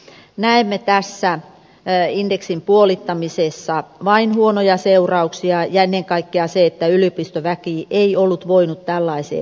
näemme tässä indeksin puolittamisessa vain huonoja seurauksia ennen kaikkea sen että yliopistoväki ei ollut voinut tällaiseen varautua